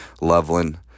Loveland